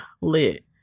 lit